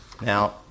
Now